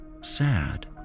Sad